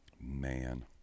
Man